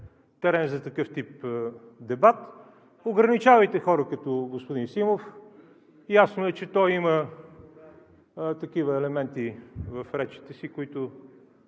терен за такъв тип дебат, ограничавайте хора като господин Симов. Ясно е, че той има такива елементи в речите си, които,